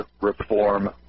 reform